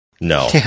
No